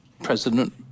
President